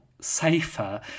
safer